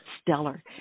stellar